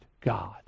God